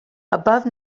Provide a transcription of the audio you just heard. above